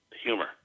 humor